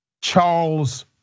Charles